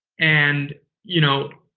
and you know,